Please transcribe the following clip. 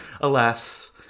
alas